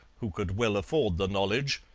who could well afford the knowledge,